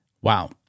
Wow